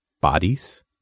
Bodies